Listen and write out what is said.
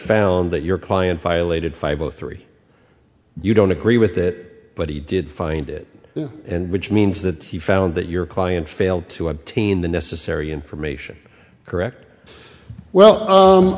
found that your client violated five o three you don't agree with that but he did find it and which means that he found that your client failed to obtain the necessary information correct well